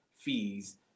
fees